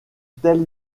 telle